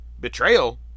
betrayal